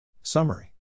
Summary